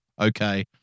Okay